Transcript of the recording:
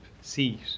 seat